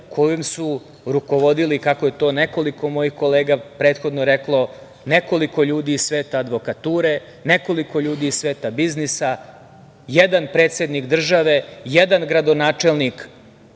kojom su rukovodili kako je to nekoliko mojih kolega prethodno reklo, nekoliko ljudi iz sveta advokature, nekoliko ljudi iz sveta biznisa, jedan predsednik države, jedan gradonačelnik. Oni